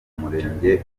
umurenge